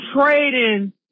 trading